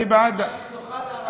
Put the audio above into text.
זוכה להערצה,